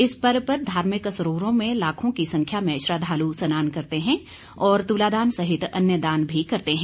इस पर्व पर धार्मिक सरोवरों में लाखों की संख्या में श्रद्धालु स्नान करते हैं और तुलादान सहित अन्य दान भी करते हैं